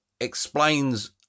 explains